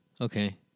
Okay